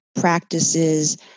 practices